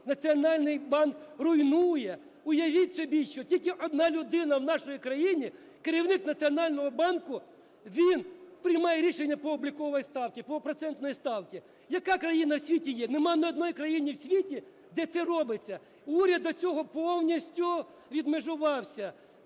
Національний банк руйнує. Уявіть собі, що тільки одна людина в нашій країні, керівник Національного банку, він приймає рішення по обліковій ставці, по процентній ставці. Яка країна в світі є? Немає ні однієї країни в світі, де це робиться. Уряд від цього повністю відмежувався,